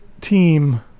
team